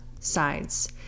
sides